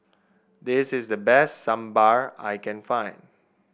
this is the best Sambar I can find